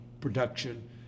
production